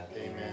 Amen